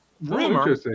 Rumor